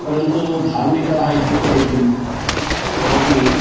परन्तु धार्मिकाः इत्युक्ते किं तदपि